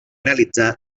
realitzar